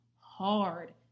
hard